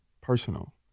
personal